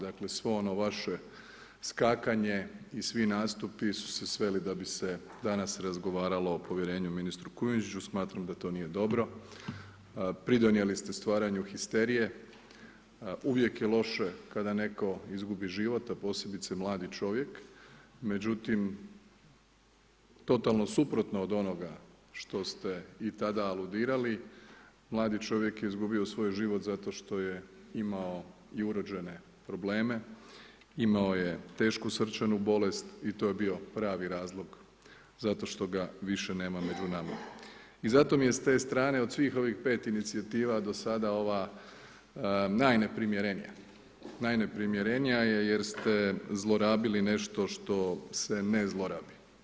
Dakle svo oni vaše skakanje i svi nastupi su se sveli da bi se danas razgovarali o povjerenju ministru Kujundžiću, smatram da to nije dobro, pridonijeli ste stvaranju histerije, uvijek je loše kada netko izgubi život a posebice mladi čovjek, međutim totalno suprotno od onoga što ste i tada aludirali, mladi čovjek je izgubio svoj život zato što je imao i urođene probleme, imao je tešku srčanu bolest i to je bio pravi razlog zato što ga više nema među nama i zato mi je s te strane od svih ovih 5 inicijativa do sada ova najneprimjerenija, najneprimjerenija je jer ste zlorabili nešto što se ne se ne zlorabi.